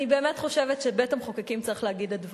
אני באמת חושבת שבית-המחוקקים צריך להגיד את דברו.